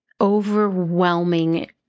overwhelming